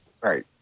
Right